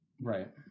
right